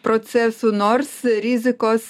procesų nors rizikos